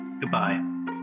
Goodbye